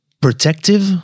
protective